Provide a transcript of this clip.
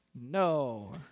No